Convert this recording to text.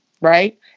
right